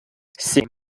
семь